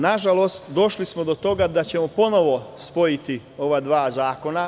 Nažalost, došli smo do toga da ćemo ponovo spojiti ova dva zakona.